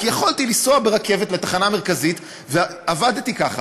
כי יכולתי לנסוע ברכבת לתחנה המרכזית, עבדתי ככה.